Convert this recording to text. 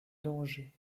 danger